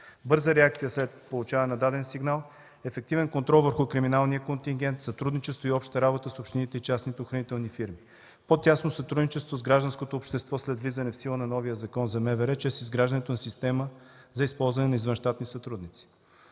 бърза реакция след получаване на даден сигнал; ефективен контрол върху криминалния контингент; сътрудничество и обща работа с общините и частните охранителни фирми; по-тясно сътрудничество с гражданското общество, след влизане в сила на новия Закон за МВР, чрез изграждането на система за използване на извънщатни сътрудници.